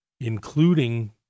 including